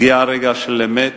הגיע רגע של אמת,